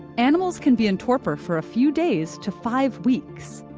animals can be in torpor for a few days to five weeks,